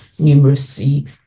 numeracy